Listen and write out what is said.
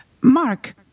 Mark